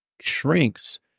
shrinks